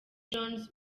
jones